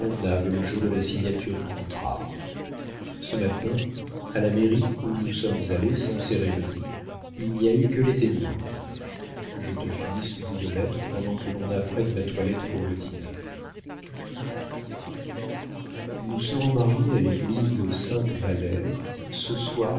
le jour de la signature du contrat ce matin à la mairie où nous sommes allés sans cérémonie il n'y a eu que les témoins je te finis ce bout de lettre pendant que l'on apprête ma toilette pour le dîner nous serons mariés à l'église de sainte valère ce soir